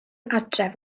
adref